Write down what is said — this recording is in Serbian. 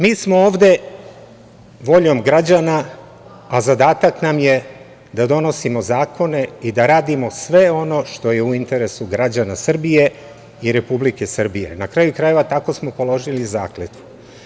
Mi smo ovde voljom građana, a zadatak nam je da donosimo zakone i da radimo sve ono što je u interesu građana Srbije i Republike Srbije, na kraju krajeva, tako smo položili zakletvu.